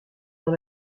dans